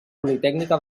politècnica